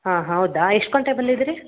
ಹಾಂ ಹೌದಾ ಎಷ್ಟು ಗಂಟೆ ಬಂದಿದ್ರಿ